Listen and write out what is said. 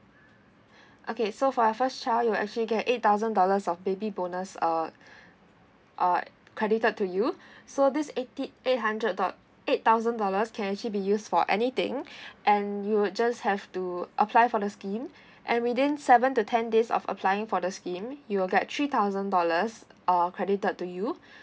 okay so for your first child you will actually get eight thousand dollars of baby bonus uh uh credited to you so this eighty eight hundred do~ eight thousand dollars can actually be used for anything and you will just have to apply for the scheme and within seven to ten days of applying for the scheme you'll get three thousand dollars uh credited to you